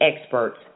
experts